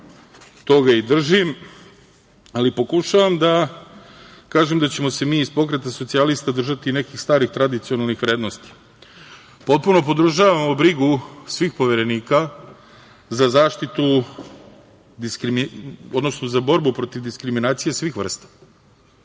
toga i držim, ali pokušavam da kažem da ćemo se mi, iz Pokreta socijalista, držati nekih starih tradicionalnih vrednosti. Potpuno podržavamo brigu svih poverenika za borbu protiv diskriminacije svih vrsta,